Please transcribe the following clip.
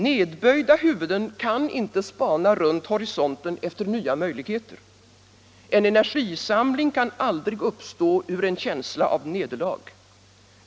Nedböjda huvuden kan inte spana runt horisonten efter nya möjligheter. En energisamling kan aldrig uppstå ur en känsla av nederlag.